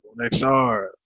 XR